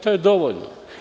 To je dovoljno.